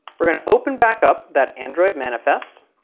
we're going to open back up that android manifest